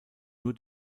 nur